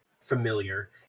familiar